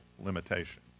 limitation